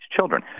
children